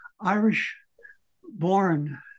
Irish-born